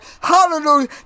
hallelujah